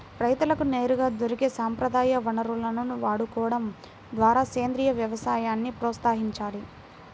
రైతులకు నేరుగా దొరికే సంప్రదాయ వనరులను వాడుకోడం ద్వారా సేంద్రీయ వ్యవసాయాన్ని ప్రోత్సహించాలి